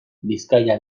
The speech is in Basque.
bizkaia